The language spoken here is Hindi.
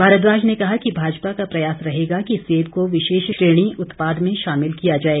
भारद्वाज ने कहा कि भाजपा का प्रयास रहेगा कि सेब को विशेष श्रेणी उत्पाद में शामिल किया जाए